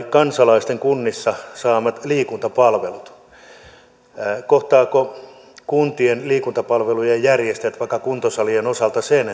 kansalaisten kunnissa saamat liikuntapalvelut kohtaavatko kuntien liikuntapalveluiden järjestäjät vaikka kuntosalien osalta sen